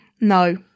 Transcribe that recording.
No